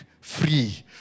Free